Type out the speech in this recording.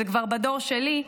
זה כבר בדור שלי,